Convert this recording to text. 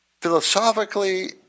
philosophically